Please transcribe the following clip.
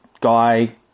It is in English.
guy